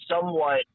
somewhat